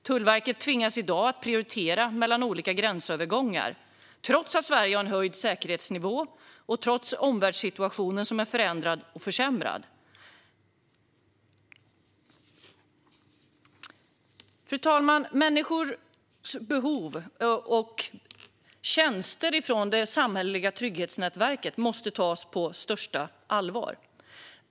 Tullverket tvingas i dag prioritera mellan olika gränsövergångar, trots att Sverige har en höjd säkerhetsnivå och trots den förändrade och försämrade omvärldssituationen. Fru talman! Människors behov av tjänster från det samhälleliga trygghetsnätverket måste tas på största allvar.